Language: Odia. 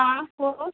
ହଁ କୁହ